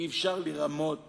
אי-אפשר לרמות